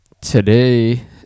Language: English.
today